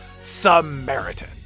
Samaritan